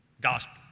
gospel